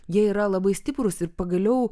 jie yra labai stiprūs ir pagaliau